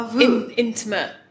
intimate